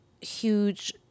huge